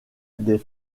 des